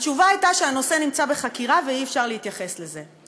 התשובה הייתה שהנושא נמצא בחקירה ואי-אפשר להתייחס לזה.